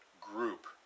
group